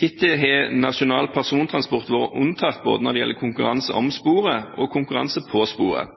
Hittil har nasjonal persontransport vært unntatt når det gjelder både konkurranse om sporet og konkurranse på sporet.